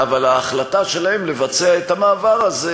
אבל ההחלטה שלהם לבצע את המעבר הזה,